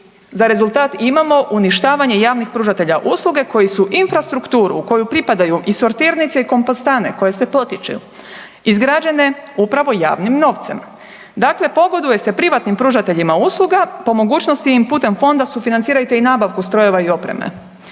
za rezultat imamo uništavanje javnih pružatelja usluge koji su infrastrukturu u koju pripadaju i sortinice i kompostane koje se potiču, izgrađene upravo javnim novcem. Dakle, pogoduje se privatnim pružateljima usluga, po mogućnosti im putem fonda sufinancirajte i nabavku strojeva i opreme.